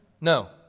No